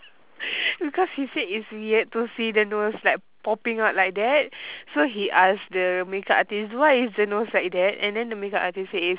because he said it's weird to see the nose like popping out like that so he ask the makeup artist why is the nose like that and then the makeup artist say is